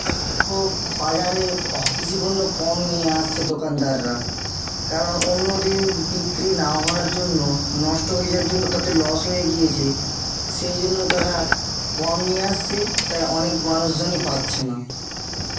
খুব বাজারে কৃষিপণ্য কম নিয়ে আসছে দোকানদাররা কারণ অন্যদিন বিক্রি না হওয়ার জন্য নষ্ট হয়ে যাওয়ার জন্য তাদের লস হয়ে গিয়েছে সেই জন্য তারা কম নিয়ে আসছে তাই অনেক মানুষজনই পাচ্ছে না